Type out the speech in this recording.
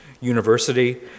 University